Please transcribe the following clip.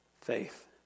faith